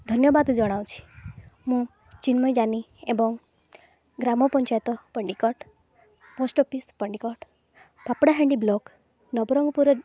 ଧନ୍ୟବାଦ ଜଣାଉଛି ମୁଁ ଚିନ୍ମୟ ଜାନି ଏବଂ ଗ୍ରାମ panchayat Pandikat post office Pandikat Papadahandi block Nabarangpur